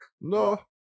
No